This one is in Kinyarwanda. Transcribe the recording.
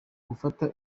gufata